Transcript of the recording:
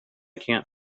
can’t